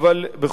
בכל הכבוד,